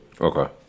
Okay